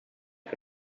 que